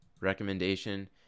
recommendation